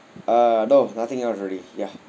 uh no nothing else already ya